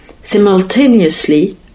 Simultaneously